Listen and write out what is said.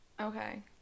okay